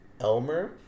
Elmer